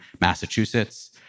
Massachusetts